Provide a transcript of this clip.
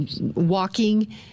walking